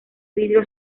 vidrio